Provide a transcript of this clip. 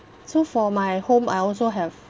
so for my home I also have